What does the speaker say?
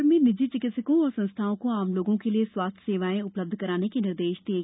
सागर में निजी चिकित्सकों और संस्थाओं को आम लोगों के लिए स्वास्थ्य सेवायें उपलब्ध कराने के निर्देश दिये गये हैं